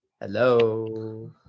hello